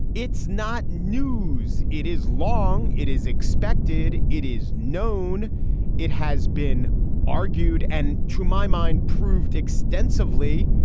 it's not news. it is long. it is expected. it is known it has been argued, and to my mind proved extensively.